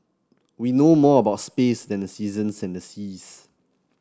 we know more about space than the seasons and the seas